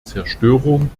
zerstörung